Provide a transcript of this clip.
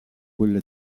quelle